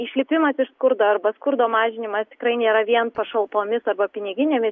išlipimas iš skurdo arba skurdo mažinimas tikrai nėra vien pašalpomis arba piniginėmis